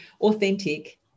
authentic